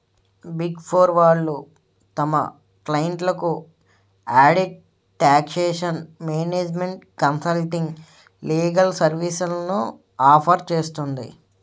big four వాళ్ళు తమ క్లయింట్లకు audit, taxation, management consulting, legal సర్వీస్లను ఆఫర్ చేస్తుంది